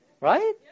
Right